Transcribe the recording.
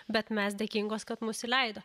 bet mes dėkingos kad mus įleido